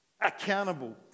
accountable